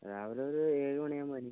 രാവിലെ ഒരു ഏഴുമണി ആകുമ്പോൾ എണീക്കും